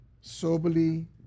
soberly